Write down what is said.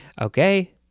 Okay